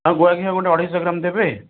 ଆଉ ଗୁଆ ଘିଅ ଗୋଟେ ଅଢ଼େଇ ଶହ ଗ୍ରାମ ଦେବେ